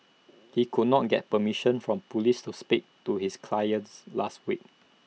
he could not get permission from Police to speak to his clients last week